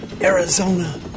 Arizona